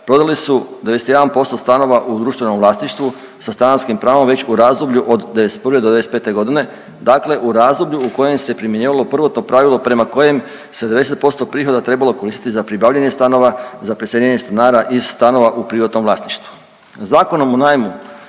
prodali su 91% stanova u društvenom vlasništvu sa stanarskim pravom već u razdoblju od '91. do '95.g., dakle u razdoblju u kojem se primjenjivalo prvotno pravilo prema kojem se 90% od prihoda trebalo koristiti za pribavljanje stanova za preseljenje stanara iz stanova u privatnom vlasništvu. Zakonom o najmu